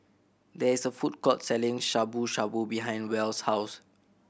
there is a food court selling Shabu Shabu behind Wells' house